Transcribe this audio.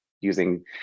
using